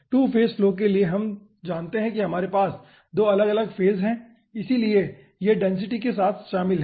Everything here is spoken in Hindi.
2 फेज फ्लो के लिए हम जानते हैं कि हमारे पास 2 अलग अलग फेज हैं इसलिए यह 2 डेंसिटी के साथ शामिल है